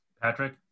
Patrick